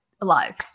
alive